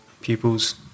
pupils